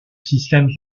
système